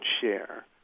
share